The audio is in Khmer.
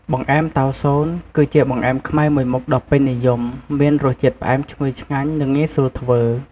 បង្អែមតៅស៊ន គឺជាបង្អែមខ្មែរមួយមុខដ៏ពេញនិយម មានរសជាតិផ្អែមឈ្ងុយឆ្ងាញ់ និងងាយស្រួលធ្វើ។